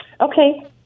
Okay